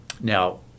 Now